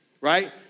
right